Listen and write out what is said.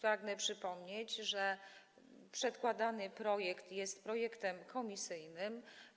Pragnę przypomnieć, że przedkładany projekt jest projektem komisyjnym.